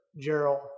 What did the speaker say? Gerald